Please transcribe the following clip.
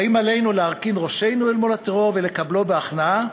האם עלינו להרכין ראשנו אל מול הטרור ולקבלו בהכנעה,